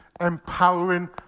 empowering